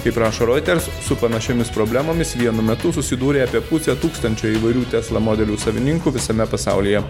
kaip rašo roiters su panašiomis problemomis vienu metu susidūrė apie pusę tūkstančio įvairių tesla modelių savininkų visame pasaulyje